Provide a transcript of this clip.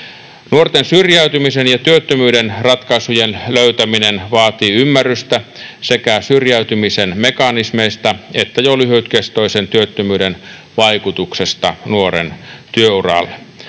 Nuorten syrjäytymisen ja työttömyyden ratkaisujen löytäminen vaatii ymmärrystä sekä syrjäytymisen mekanismeista että jo lyhytkestoisen työttömyyden vaikutuksesta nuoren työuraan.